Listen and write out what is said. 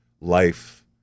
life